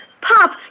Pop